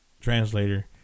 translator